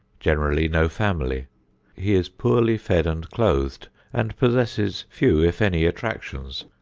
generally no family he is poorly fed and clothed and possesses few if any attractions.